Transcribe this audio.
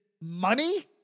Money